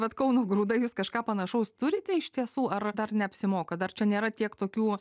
vat kauno grūdai jūs kažką panašaus turite iš tiesų ar dar neapsimoka dar čia nėra tiek tokių